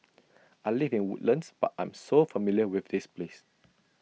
I live in Woodlands but I'm so familiar with this place